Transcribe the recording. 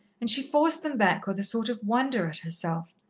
and she forced them back with a sort of wonder at herself,